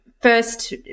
first